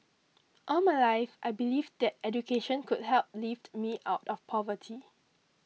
all my life I believed that education could help lift me out of poverty